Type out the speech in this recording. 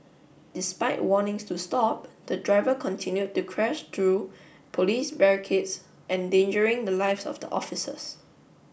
despite warnings to stop the driver continued to crash through police barricades endangering the lives of the officers